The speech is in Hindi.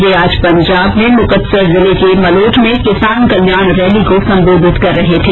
वे आज पंजाब में मुक्तसर जिले के मलोट में किसान कल्याण रैली को संबोधित कर रहे थे